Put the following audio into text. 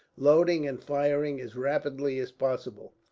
loading and firing as rapidly as possible.